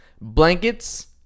blankets